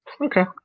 Okay